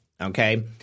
okay